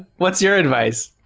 what's your advice?